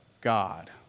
God